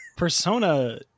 Persona